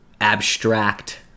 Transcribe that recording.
abstract